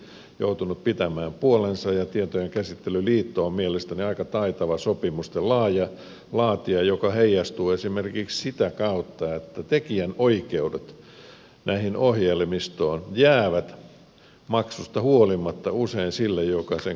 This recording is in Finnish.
myyjä on jatkuvasti joutunut pitämään puolensa ja tietojenkäsittelyliitto on mielestäni aika taitava sopimusten laatija mikä heijastuu esimerkiksi sitä kautta että tekijänoikeudet näihin ohjelmistoihin jäävät maksusta huolimatta usein sille joka sen koodin on kirjoittanut